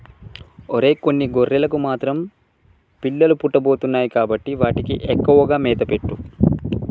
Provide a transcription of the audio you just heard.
ఒరై కొన్ని గొర్రెలకు మాత్రం పిల్లలు పుట్టబోతున్నాయి కాబట్టి వాటికి ఎక్కువగా మేత పెట్టు